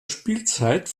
spielzeit